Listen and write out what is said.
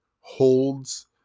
holds